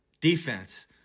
defense